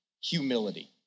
humility